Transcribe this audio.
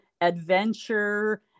Adventure